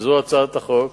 שהיא הצעת החוק,